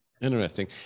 Interesting